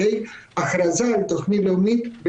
הכרזה על תוכנית לאומית.